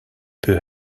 peu